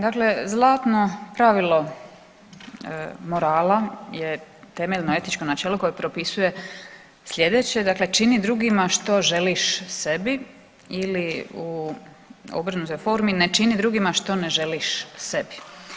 Dakle zlatno pravilo morala je temeljno etičko načelo koje propisuje slijedeće, dakle čini drugima što želiš sebi ili u obrnutoj formi ne čini drugima što ne želiš sebi.